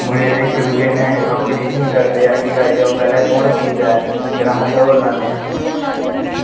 मुड़े बी इक दुए नै कंपिटिशन करदे ऐ कि आई जाओ पैह्लैं कोन पुजदा ऐ फ्ही अस दौड़ लान्ने आं